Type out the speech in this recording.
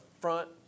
front